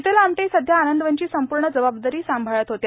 शीतल आमटे सध्या आनंदवनची संपूर्ण जबाबदारी सांभाळत होत्या